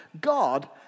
God